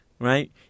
Right